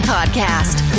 Podcast